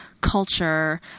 culture